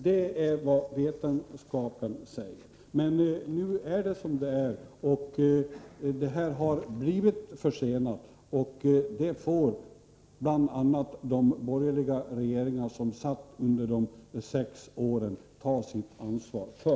Det är vad vetenskapen säger. Men nu är det som det är, och det har här blivit en försening. Det får bl.a. de borgerliga regeringar som satt under de sex åren ta sitt ansvar för.